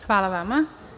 Hvala vama.